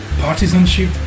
partisanship